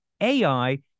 AI